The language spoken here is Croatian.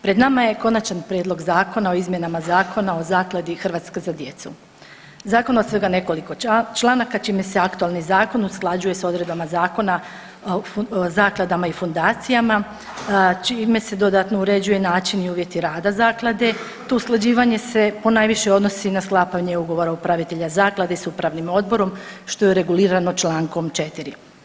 Pred nama je Konačan prijedlog zakona o izmjenama Zakona o Zakladi „Hrvatska za djecu“, zakon od svega nekoliko članaka čime se aktualni zakon usklađuje s odredbama Zakona o zakladama i fondacijama čime se dodatno uređuje i način i uvjeti rada zaklade, to usklađivanje se ponajviše odnosi na sklapanje ugovora upravitelja zaklade s Upravnim odborom što je regulirano čl. 4.